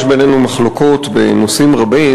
יש בינינו מחלוקות בנושאים רבים,